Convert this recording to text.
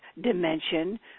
dimension